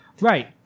right